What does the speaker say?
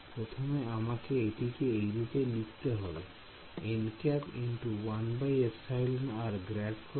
প্রথমে আমাকে এটিকে এইরূপে লিখতে হবে nˆ × 1εr∇×